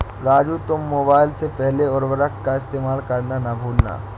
राजू तुम मोबाइल से पहले उर्वरक का इस्तेमाल करना ना भूलना